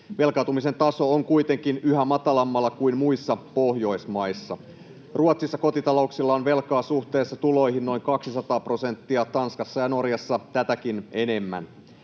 Velkaantumisen taso on kuitenkin yhä matalammalla kuin muissa Pohjoismaissa. Ruotsissa kotitalouksilla on velkaa suhteessa tuloihin noin 200 prosenttia, Tanskassa ja Norjassa tätäkin enemmän.